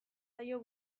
zaio